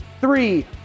three